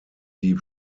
die